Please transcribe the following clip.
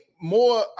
more